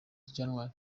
january